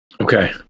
Okay